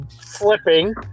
flipping